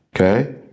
Okay